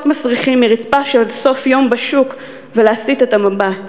מסריחים מרצפה של סוף יום בשוק ולהסיט את המבט.